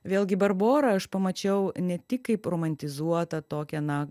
vėlgi barborą aš pamačiau ne tik kaip romantizuotą tokią na